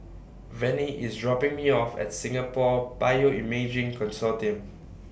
Vennie IS dropping Me off At Singapore Bioimaging Consortium